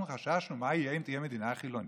אנחנו חששנו מה יהיה אם תהיה מדינה חילונית.